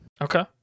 Okay